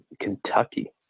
Kentucky